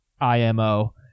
IMO